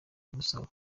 imusaba